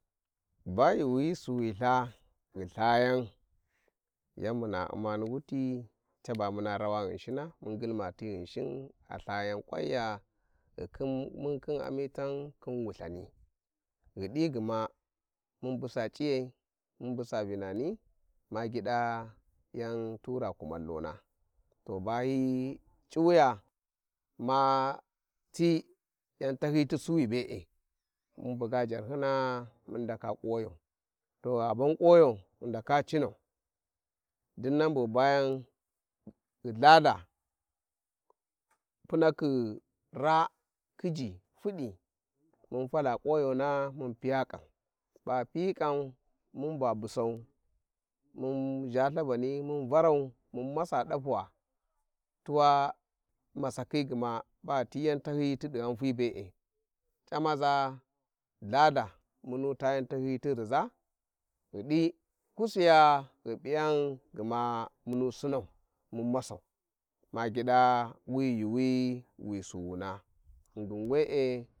﻿Ba yuuwi suwiltha ghi Itharyan yan muna u`ma ni wuti caba muna rawa Ghinshina mun ngilma te Ghinsbain a lthayan Kwanya ghi khin mun khin amitan khin wulthani ghidi gaa mun busa c'iyai mun busa vinani ma gida yan hura kumallon to ba hi c`unsis Mati yantanyiyi ti suwu be`e mun buga jarhyina mun ndaka kuwayo to gha ban kuwayo ghi ndaka Cariau dinnan bu ghi bayan ghi thalha punakhi raa khiji, Fudi Munfala Kumayona mun kam baghi piyi kam mun ba busau mun thavaní mu varau mun masa dapuwa tuwa masakhi gma, ba ghi ti yan tahyiyi tidi ghanti be`e C`amaza ltha munu tar yan tahyi-yi ti rija kusiya ghi guidi Mahmasau ma gı da wiyi yuuwi wi suwuna ghingin we`e.